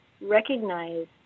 Recognize